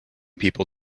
people